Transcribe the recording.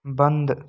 बंद